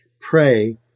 pray